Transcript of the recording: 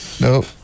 Nope